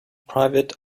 private